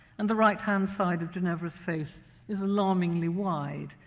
and the right-hand side of ginevra's face is alarmingly wide,